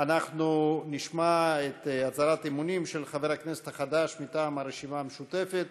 אנחנו נשמע את הצהרת האמונים של חבר הכנסת החדש מטעם הרשימה המשותפת,